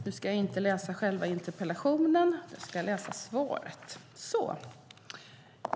Herr talman!